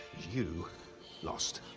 you lost.